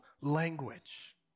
language